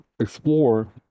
explore